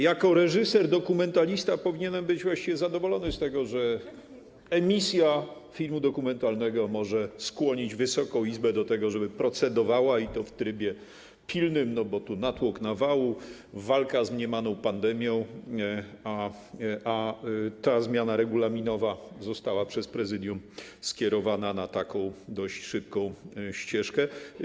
Jako reżyser dokumentalista powinienem być właściwie zadowolony z tego, że emisja filmu dokumentalnego może skłonić Wysoką Izbę do tego, żeby procedowała, i to w trybie pilnym, no bo tu natłok, nawał, walka z mniemaną pandemia, a ta zmiana regulaminowa została przez prezydium skierowana na dość szybką ścieżkę.